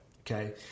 Okay